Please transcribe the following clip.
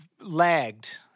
lagged